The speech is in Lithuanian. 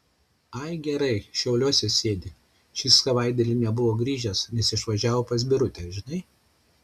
ai gerai šiauliuose sėdi šį savaitgalį nebuvo grįžęs nes išvažiavo pas birutę žinai